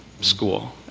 school